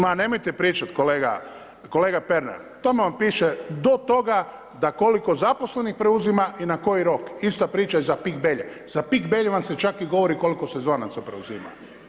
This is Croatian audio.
Ma nemojte pričati kolega Pernar, tamo vam piše do toga, da koliko zaposlenih preuzima i na koji rok, ista priča i za Pik Belje, za Pik Belje vam se čak i govori koliko sezonaca preuzima.